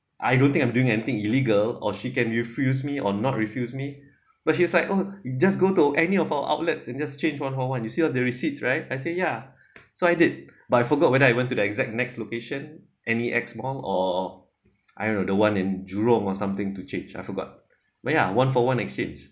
I don't think I'm doing anything illegal or she can refuse me or not refuse me but she was like oh you just go to any of our outlets and just change one for one you still have the receipts right I say ya so I did but I forgot whether I went to the exact next location N_E_X mall or I don't know the one in jurong or something to change I forgot when ya one for one exchange